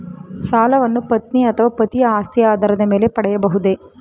ಸಾಲವನ್ನು ಪತ್ನಿ ಅಥವಾ ಪತಿಯ ಆಸ್ತಿಯ ಆಧಾರದ ಮೇಲೆ ಪಡೆಯಬಹುದೇ?